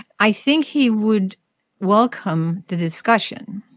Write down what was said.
i think he would welcome the discussion,